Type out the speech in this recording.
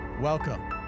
Welcome